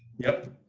yep.